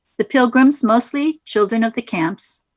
the pilgrims, mostly children of the camps,